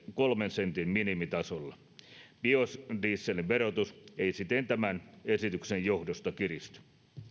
kolmen sentin minimitasolla biodieselin verotus ei siten tämän esityksen johdosta kiristy